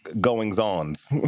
goings-ons